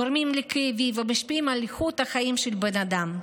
גורמות לכאבים ומשפיעות על איכות החיים של בן אדם.